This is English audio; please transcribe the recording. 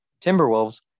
timberwolves